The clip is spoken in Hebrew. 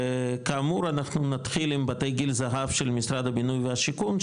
וכאמור אנחנו נתחיל עם בתי גיל הזהב של משרד הבינוי והשיכון,